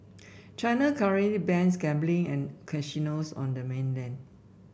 China currently bans gambling and casinos on the mainland